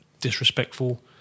disrespectful